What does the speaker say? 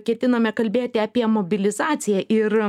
ketinome kalbėti apie mobilizaciją ir